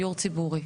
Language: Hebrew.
דיור ציבורי.